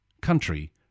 country